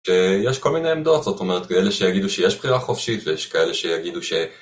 שיש כל מיני עמדות, זאת אומרת, כאלה שיגידו שיש בחירה חופשית ויש כאלה שיגידו ש...